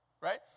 right